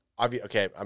okay